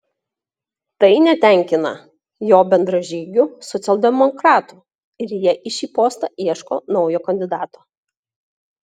tai netenkina jo bendražygių socialdemokratų ir jie į šį postą ieško naujo kandidato